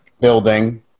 Building